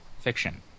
fiction